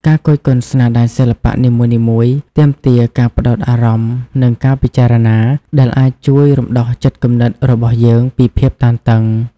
ការគយគន់ស្នាដៃសិល្បៈនីមួយៗ ទាមទារការផ្តោតអារម្មណ៍ និងការពិចារណា ដែលអាចជួយរំដោះចិត្តគំនិតរបស់យើងពីភាពតានតឹង។